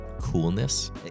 coolness